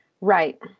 Right